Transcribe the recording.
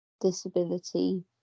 disability